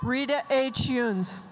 rita h. younes,